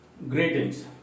Greetings